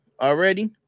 already